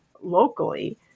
locally